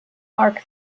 arc